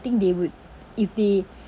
think they would if they